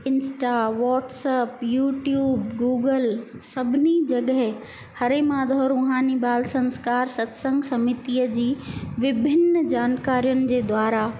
Insta WhatsApp YouTube Google सभिनी जॻह हरे माधव रूहानी बाल संस्कार सतसंग स्मितिअ जी विभिन जानकारियुनि जे द्वारा